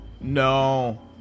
No